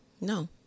No